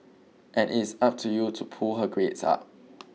and it is up to you to pull her grades up